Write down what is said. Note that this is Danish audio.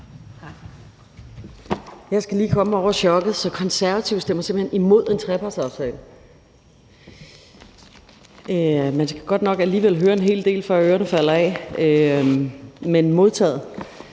Jeg skal lige komme mig over chokket. Så Konservative stemmer simpelt hen imod en trepartsaftale? Man skal godt nok alligevel høre en hel del, før ørerne falder af, men det